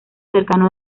cercano